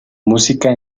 música